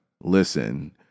Listen